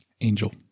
Angel